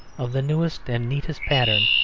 of the newest and neatest pattern,